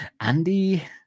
Andy